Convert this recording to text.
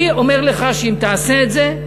אני אומר לך שאם תעשה את זה,